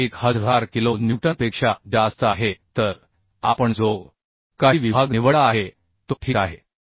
जे 1000 किलो न्यूटनपेक्षा जास्त आहे तर आपण जो काही विभाग निवडला आहे तो ठीक आहे